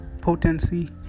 potency